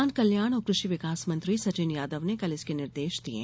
किसान कल्याण और क्रषि विकास मंत्री सचिन यादव ने कल इसके निर्देश दिये